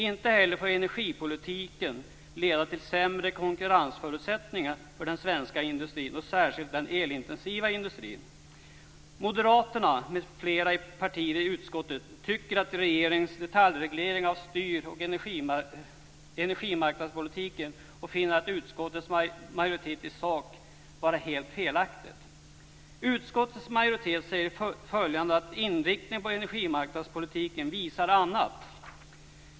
Inte heller får energipolitiken leda till sämre konkurrensförutsättningar för den svenska industrin och särskilt inte för den elintensiva industrin. Moderaterna m.fl. partier i utskottet tycker att regeringen detaljreglerar och styr energimarknadspolitiken och finner utskottets majoritet i sak vara helt felaktig. Utskottets majoritet uttalar att inriktningen på energimarknadspolitiken visar annat.